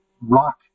rock